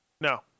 No